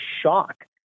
shock